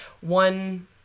one